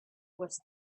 was